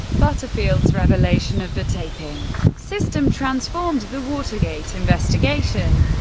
butterfield's revelation of the taping system transformed the watergate investigation.